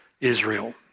Israel